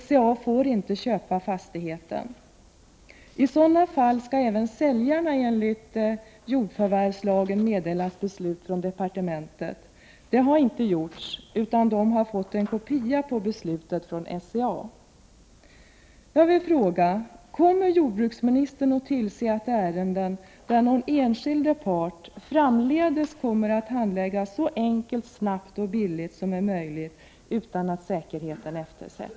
SCA får inte köpa fastigheten. I sådana fall skall enligt jordförvärvslagen även säljarna meddelas beslut från departementet. Det har inte skett, utan de har fått en kopia på beslutet från SCA. Jag vill fråga om jordbruksministern kommer att tillse att ärenden där någon enskild är part framdeles kommer att handläggas så enkelt, snabbt och billigt som det är möjligt utan att säkerheten eftersätts.